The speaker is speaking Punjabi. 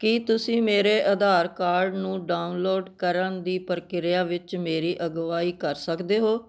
ਕੀ ਤੁਸੀਂ ਮੇਰੇ ਆਧਾਰ ਕਾਰਡ ਨੂੰ ਡਾਊਨਲੋਡ ਕਰਨ ਦੀ ਪ੍ਰਕਿਰਿਆ ਵਿੱਚ ਮੇਰੀ ਅਗਵਾਈ ਕਰ ਸਕਦੇ ਹੋ